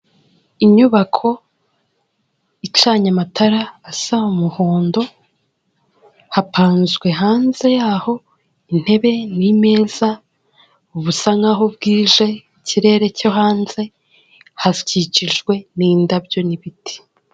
Inyubako icanye amatara asa umuhondo, hapanzwe hanze yaho intebe n'imeza busa nk'aho bwije ikirere cyo hanze hakikijwe n'indabyo n'ibiti.